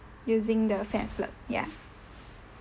using the pamphlet ya